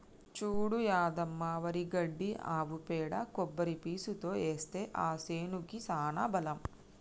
చూడు యాదమ్మ వరి గడ్డి ఆవు పేడ కొబ్బరి పీసుతో ఏస్తే ఆ సేనుకి సానా బలం